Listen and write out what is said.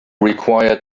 required